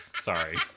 Sorry